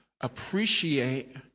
appreciate